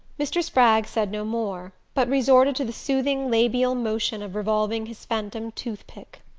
mr. spragg said no more, but resorted to the soothing labial motion of revolving his phantom toothpick.